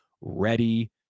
ready